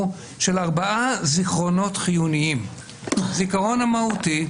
של ארבעה זיכרונות חיוניים הזיכרון המהותי,